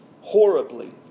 horribly